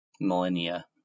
millennia